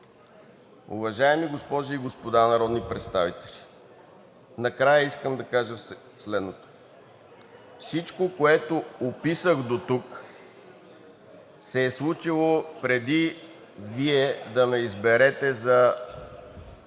Уважаеми госпожи и господа народни представители, накрая искам да кажа следното – всичко, което описах дотук, се е случило, преди Вие да ме изберете за